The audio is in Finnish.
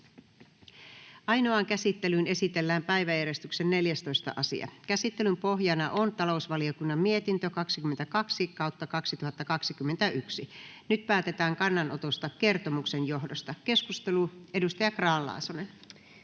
Ainoaan käsittelyyn esitellään päiväjärjestyksen 14. asia. Käsittelyn pohjana on talousvaliokunnan mietintö TaVM 22/2021 vp. Nyt päätetään kannanotosta kertomuksen johdosta. — Keskustelu, edustaja Grahn-Laasonen.